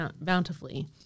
bountifully